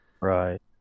Right